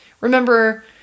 remember